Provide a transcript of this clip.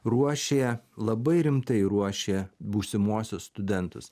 ruošė labai rimtai ruošė būsimuosius studentus